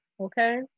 okay